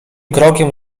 krokiem